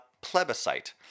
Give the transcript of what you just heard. plebiscite